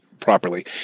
properly